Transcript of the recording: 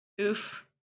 Oof